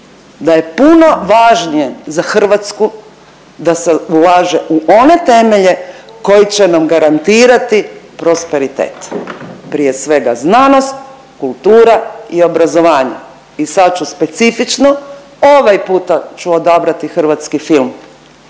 da je puno važnije za Hrvatsku da se ulaže u one temelje koji će nam garantirati prosperitet, prije svega znanost, kultura i obrazovanje. I sad ću specifično ovaj puta ću odabrati hrvatski film